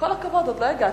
עם כל הכבוד, עוד לא הגעתי